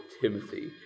Timothy